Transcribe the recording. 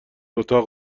اتاق